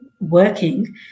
working